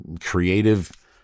creative